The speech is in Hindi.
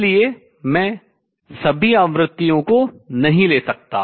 इसलिए मैं सभी आवृत्तियों को नहीं ले सकता